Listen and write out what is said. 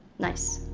nice.